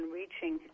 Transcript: reaching